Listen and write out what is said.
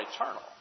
eternal